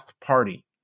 Party